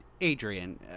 Adrian